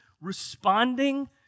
responding